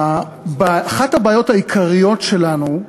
אחת הבעיות העיקריות שלנו,